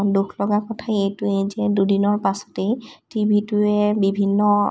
দুখ লগা কথা এইটোৱেই যে দুদিনৰ পাছতেই টিভিটোৱে বিভিন্ন